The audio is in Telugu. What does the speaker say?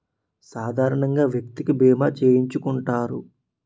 సాధారణంగా వ్యక్తికి బీమా చేయించుకుంటారు